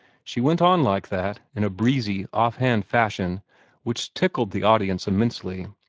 she went on like that, in a breezy, off-hand fashion which tickled the audience immensely,